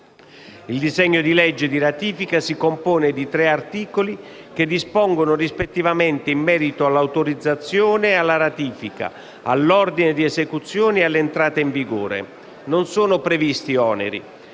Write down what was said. Il disegno di legge di ratifica si compone di tre articoli che dispongono rispettivamente in merito all'autorizzazione e alla ratifica, all'ordine di esecuzione e all'entrata in vigore. Non sono previsti oneri.